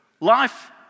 life